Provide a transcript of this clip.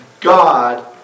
God